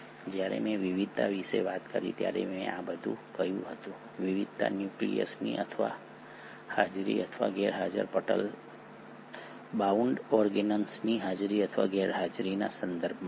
જ્યારે મેં વિવિધતા વિશે વાત કરી ત્યારે મેં આ બધું કહ્યું હતું વિવિધતા ન્યુક્લિયસની હાજરી અથવા ગેરહાજરી પટલ બાઉન્ડ ઓર્ગેનેલ્સની હાજરી અથવા ગેરહાજરીના સંદર્ભમાં હતી